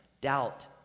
doubt